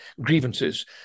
grievances